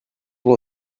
vous